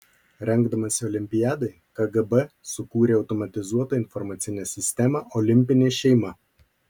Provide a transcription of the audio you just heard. rengdamasi olimpiadai kgb sukūrė automatizuotą informacinę sistemą olimpinė šeima